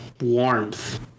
warmth